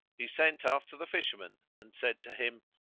he sent after the fisherman and said to him,